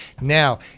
Now